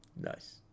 Nice